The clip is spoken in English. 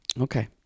Okay